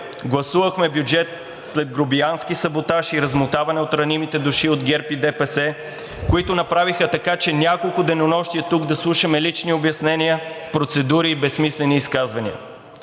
гласувахме бюджет след грубиянски саботаж и размотаване от ранимите души от ГЕРБ и ДПС, които направиха така, че няколко денонощия тук да слушаме лични обяснения, процедури и безсмислени изказвания.